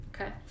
Okay